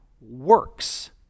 works